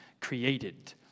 created